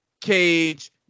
Cage